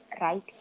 right